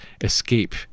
escape